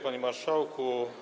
Panie Marszałku!